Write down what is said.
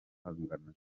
ahagana